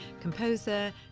composer